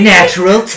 Natural